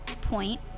point